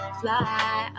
fly